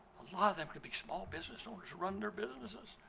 lot of them could be small business owners, running their businesses,